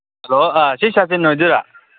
hello ꯁꯤ ꯁꯇꯤꯟ ꯑꯣꯏꯗꯣꯏꯔꯥ